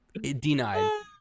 Denied